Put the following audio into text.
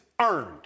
earned